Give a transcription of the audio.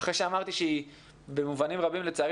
אחרי שאמרתי שהיא במובנים רבים לצערי